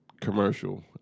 commercial